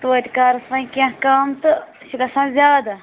توتہِ کَرُس وۄنۍ کیٚنٛہہ کَم تہٕ سُہ چھُ گژھان زیادٕ